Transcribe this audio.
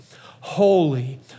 holy